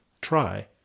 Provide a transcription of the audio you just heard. try